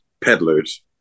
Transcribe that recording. peddlers